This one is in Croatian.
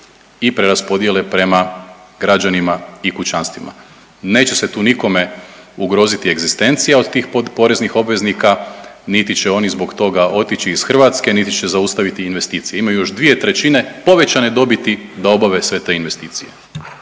i preraspodijele prema građanima i kućanstvima. Neće se tu nikome ugroziti egzistencija od tih poreznih obveznika, niti će oni zbog toga otići iz Hrvatske, niti će zaustaviti investicije. Imaju još dvije trećine povećane dobiti da obave sve te investicije.